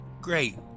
great